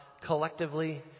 collectively